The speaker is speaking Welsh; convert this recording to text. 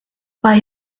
mae